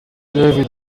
david